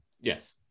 Yes